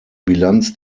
bilanz